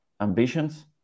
ambitions